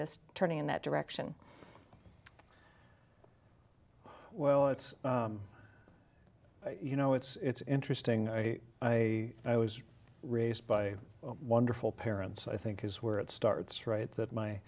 this turning in that direction well it's you know it's interesting i i was raised by wonderful parents i think is where it starts right that my